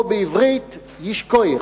או בעברית "יישר כוח".